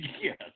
Yes